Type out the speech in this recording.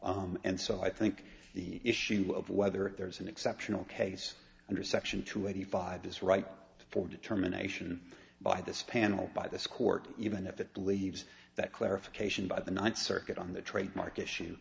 court and so i think the issue of whether there is an exceptional case under section two eighty five is right for determination by this panel by this court even if it believes that clarification by the ninth circuit on the trademark issue